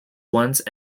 once